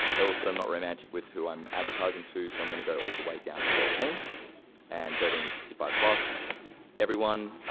also not romantic with who i'm advertising to, so i'm gonna go all the way down to thirteen and thirty and sixty five plus everyone.